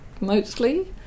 mostly